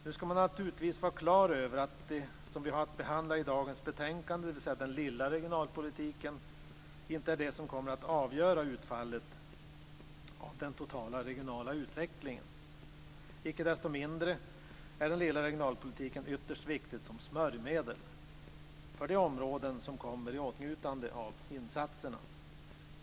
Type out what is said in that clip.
Nu skall man naturligtvis vara klar över att det som vi har att behandla i dagens betänkande, dvs. den lilla regionalpolitiken, inte är det som kommer att avgöra utfallet av den totala regionala utvecklingen. Icke desto mindre är den lilla regionalpolitiken ytterst viktig som ett "smörjmedel" för de områden som kommer i åtnjutande av insatserna.